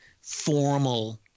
formal